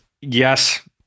yes